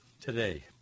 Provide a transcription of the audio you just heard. Today